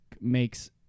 makes